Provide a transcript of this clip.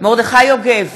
מרדכי יוגב,